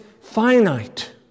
finite